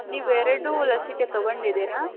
ನೀವು ಎರಡು ಲಸಿಕೆ ತಗೊಂಡಿದ್ದೀರಾ